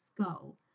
skull